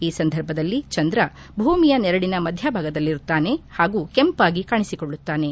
ಈ ಸಂದರ್ಭದಲ್ಲಿ ಚಂದ್ರ ಭೂಮಿಯ ನೆರಳಿನ ಮಧ್ಯಭಾಗದಲ್ಲಿರುತ್ತಾನೆ ಹಾಗೂ ಕೆಂಪಾಗಿ ಕಾಣಿಸಿಕೊಳ್ಳುತ್ತಾನೆ